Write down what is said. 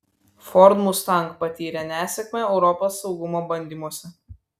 ford mustang patyrė nesėkmę europos saugumo bandymuose